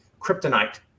kryptonite